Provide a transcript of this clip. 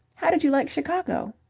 how did you like chicago?